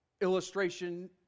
illustration